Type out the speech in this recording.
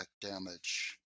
damage